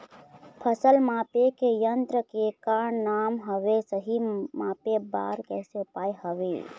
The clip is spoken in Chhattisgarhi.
फसल मापे के यन्त्र के का नाम हवे, सही मापे बार कैसे उपाय हवे?